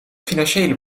financiële